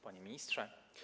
Panie Ministrze!